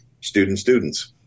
student-students